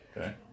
Okay